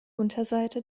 unterseite